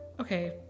Okay